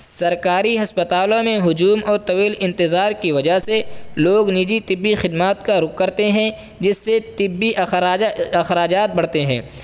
سرکاری ہسپتالوں میں ہجوم اور طویل انتظار کی وجہ سے لوگ نجی طبی خدمات کا رخ کرتے ہیں جس سے طبی اخراجات بڑھتے ہیں